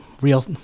real